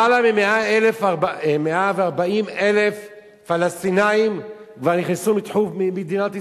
למעלה מ-140,000 פלסטינים כבר נכנסו לתחום מדינת ישראל.